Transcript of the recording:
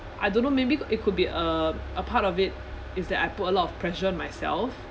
I don't know maybe it could be uh a part of it is that I put a lot of pressure on myself